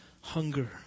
hunger